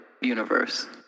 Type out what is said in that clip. universe